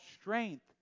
strength